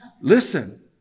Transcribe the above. Listen